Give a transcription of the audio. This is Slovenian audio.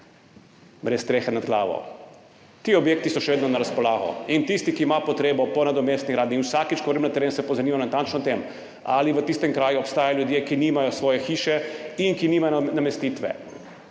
brez strehe nad glavo. Ti objekti so še vedno na razpolago. In tisti, ki ima potrebo po nadomestni gradnji – in vsakič, ko grem na teren, se pozanimamo natančno o tem, ali v tistem kraju obstajajo ljudje, ki nimajo svoje hiše in ki nimajo namestitve